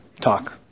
talk